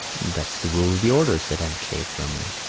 that's the rule of the order, said aunt kate firmly.